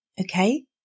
Okay